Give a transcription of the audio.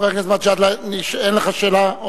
חבר הכנסת מג'אדלה, אין לך שאלה?